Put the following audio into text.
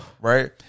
right